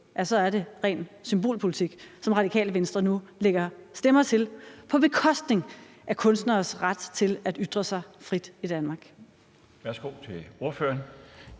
så er det ren symbolpolitik, som Radikale Venstre nu lægger stemmer til på bekostning af kunstneres ret til at ytre sig frit i Danmark? Kl. 20:31 Den